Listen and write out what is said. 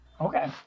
Okay